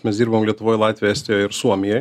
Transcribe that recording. mes dirbam lietuvoj latvijoj estijoj ir suomijoj